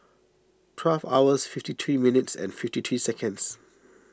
twelve hours fifty three minutes and fifty three seconds